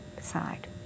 side